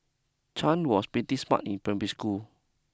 Chan was pretty smart in primary school